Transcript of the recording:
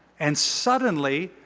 and suddenly,